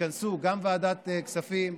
יתכנסו גם ועדת הכספים,